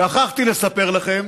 שכחתי לספר לכם